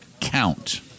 count